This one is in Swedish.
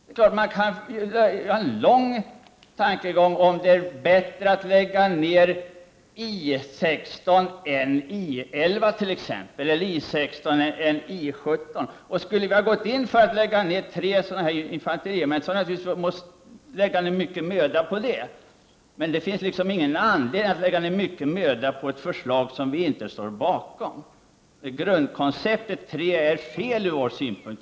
Det är klart att man kan lägga ned mycket arbete på att fundera över om det är bättre att lägga ned t.ex. 116 än I 11, eller 116 i stället för 117. Om vi skulle ha gått in för att lägga ned tre infanteriregementen hade vi naturligtvis fått lov att ägna mycken möda åt det. Men det finns inte någon anledning att lägga ned mycket möda på ett förslag som vi inte står bakom. Grundkonceptet 3 är fel enligt vårt sätt att se.